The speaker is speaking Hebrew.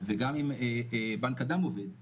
וגם בנק הדם עובד ועבד,